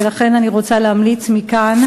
ולכן אני רוצה להמליץ מכאן: